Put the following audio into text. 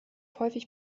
häufig